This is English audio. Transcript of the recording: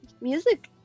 music